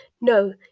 no